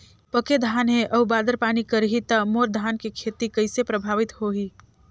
पके धान हे अउ बादर पानी करही त मोर धान के खेती कइसे प्रभावित होही?